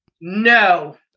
No